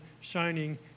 shining